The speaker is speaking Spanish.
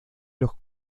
los